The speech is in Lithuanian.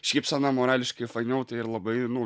šypseną morališkai fainiau tai ir labai nu